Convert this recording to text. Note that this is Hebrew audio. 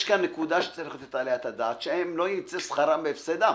יש כאן נקודה שצריך לתת עליה את הדעת שלא יצא שכרם בהפסדם.